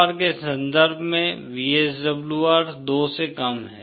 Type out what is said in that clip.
VSWR के संदर्भ में VSWR 2 से कम है